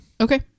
Okay